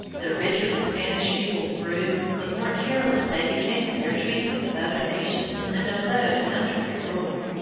the richer the spanish people grew, the more careless they became in their treatment of other nations and of those under their rule.